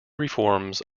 reforms